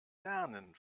lernen